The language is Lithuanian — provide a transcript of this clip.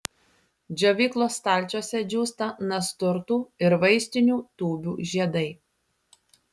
džiovyklos stalčiuose džiūsta nasturtų ir vaistinių tūbių žiedai